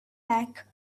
back